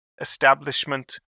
establishment